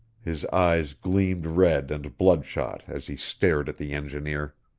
his eyes gleamed red and bloodshot as he stared at the engineer.